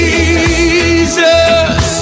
Jesus